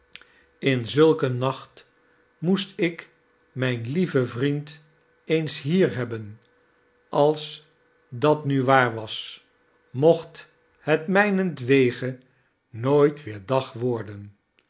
in zulk een nacht moest ik mijn lieven vriend eens hier hebben als dat nu waar was mocht het mijnentwege nooit weer dag worden